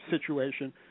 situation